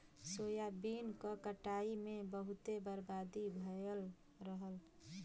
soybean क कटाई में बहुते बर्बादी भयल रहल